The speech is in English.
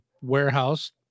warehouse